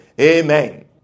Amen